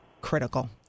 critical